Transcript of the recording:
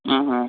ஆமாம்